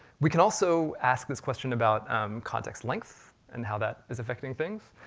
we can also ask this question about context length and how that is affecting things.